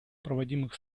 проводимых